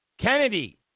Kennedy